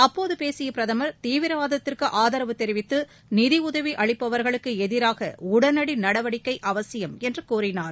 அப்போது பேசிய பிரதமர் தீவிரவாதத்திற்கு ஆதரவு தெரிவித்து நிதியுதவி அளிப்பவர்களுக்கு எதிராக உடனடி நடவடிக்கை அவசியம் என்று கூறினார்